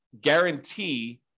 guarantee